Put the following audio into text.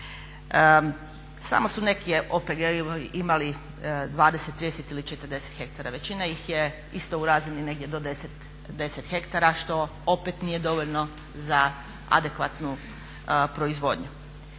Samo su neki OPG-ovi imali 20, 30 ili 40 hektara većina ih je isto u razini negdje do 10 hektara što opet nije dovoljno za adekvatnu proizvodnju.